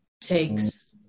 takes